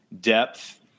depth